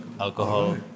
alcohol